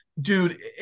dude